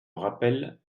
rappelle